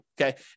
Okay